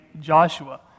Joshua